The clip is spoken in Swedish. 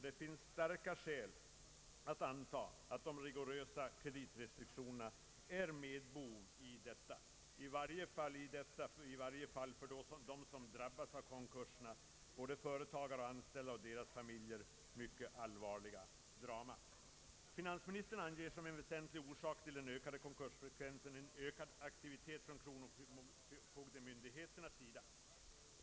Det finns starka skäl att anta att de rigorösa kreditrestriktionerna är medbov i detta — i varje fall för dem som drabbas av konkurserna, både företagare och anställda och deras familjer — mycket allvarliga drama. Finansministern anger som en väsentlig orsak till den ökade konkursfrekvensen en ökad aktivitet från kronofogdemyndigheternas sida.